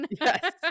Yes